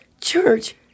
Church